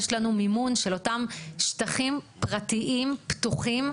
לנו מימון של אותם שטחים פרטיים פתוחים,